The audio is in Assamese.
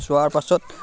চোৱাৰ পাছত